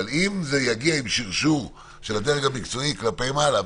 אבל אם זה יגיע עם שרשור של הדרג המקצועי כלפי מעלה,